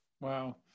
Wow